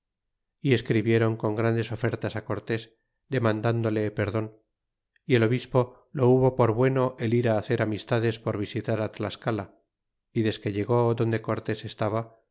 y escribieron con grandes ofertas á cortés demandándole perdon y el obispo lo hubo por bueno el ir hacer amistades por visitar tlascala y desque llegó donde cortés estaba